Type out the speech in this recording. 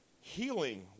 healing